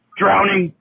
drowning